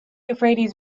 euphrates